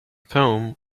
poem